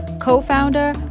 co-founder